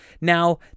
Now